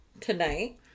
tonight